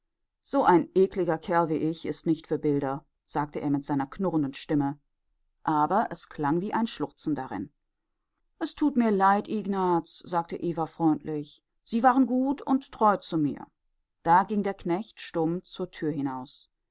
so ein ekliger kerl wie ich ist nicht für bilder sagte er mit seiner knurrenden stimme aber es klang wie ein schluchzen darin es tut mir leid ignaz sagte eva freundlich sie waren gut und treu zu mir da ging der knecht stumm zur tür hinaus